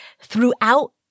throughout